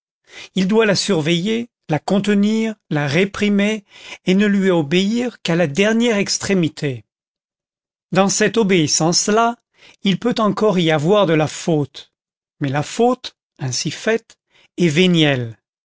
il doit la surveiller la contenir la réprimer et ne lui obéir qu'à la dernière extrémité dans cette obéissance là il peut encore y avoir de la faute mais la faute ainsi faite est